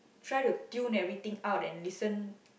try to tune everything out and listen